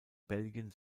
belgien